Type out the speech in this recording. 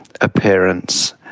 appearance